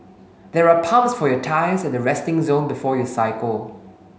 there are pumps for your tyres at the resting zone before you cycle